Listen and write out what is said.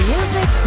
Music